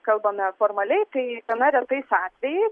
kalbame formaliai tai gana retais atvejais